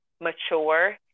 mature